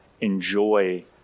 enjoy